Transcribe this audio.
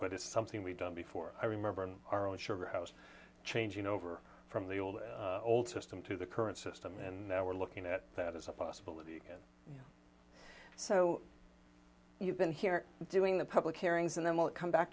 but it's something we've done before i remember our own sugar house changing over from the old old system to the current system and now we're looking at that as a possibility again so you've been here doing the public hearings and then we'll come back